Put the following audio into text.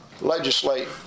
legislate